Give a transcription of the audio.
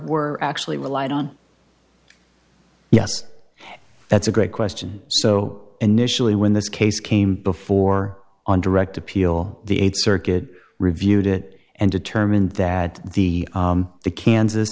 were actually relied on yes that's a great question so initially when this case came before on direct appeal the eighth circuit reviewed it and determined that the the kansas